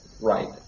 Right